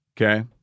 Okay